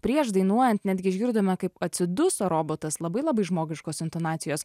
prieš dainuojant netgi išgirdome kaip atsiduso robotas labai labai žmogiškos intonacijos